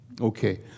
Okay